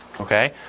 Okay